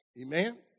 Amen